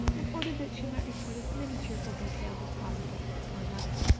in order that she might report as many cheerful details as possible to the poor mother.